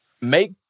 Make